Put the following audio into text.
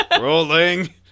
Rolling